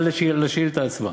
אבל לשאילתה עצמה: